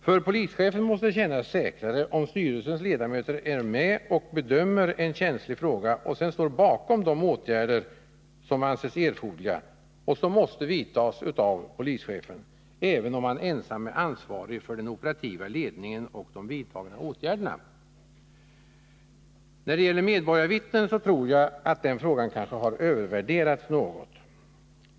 För polischefen måste det kännas säkrare, om styrelsens ledamöter är med och bedömer en känslig fråga och sedan står bakom de åtgärder som anses erforderliga och som måste vidtas av polischefen, även om han ensam är ansvarig för den operativa ledningen och de vidtagna åtgärderna. Frågan om medborgarvittnen har kanske övervärderats något.